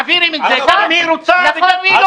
מעבירים את זה גם אם היא רוצה וגם אם היא לא רוצה.